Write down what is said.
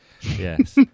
Yes